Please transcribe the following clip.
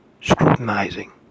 scrutinizing